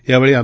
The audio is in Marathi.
यावेळी आ